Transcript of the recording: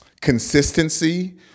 consistency